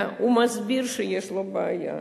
הוא מסביר שיש לו בעיה,